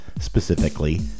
specifically